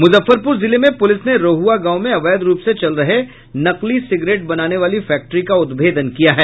मुजफ्फरपुर जिले में पुलिस ने रोहुआ गांव में अवैध रूप से चल रहे नकली सिगरेट बनाने वाली फैक्ट्री का उद्भेदन किया है